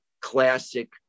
classic